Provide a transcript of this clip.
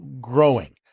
growing